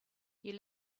you